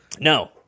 No